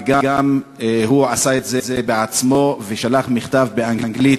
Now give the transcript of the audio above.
וגם הוא עשה את זה בעצמו: שלח מכתב באנגלית